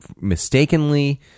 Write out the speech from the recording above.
mistakenly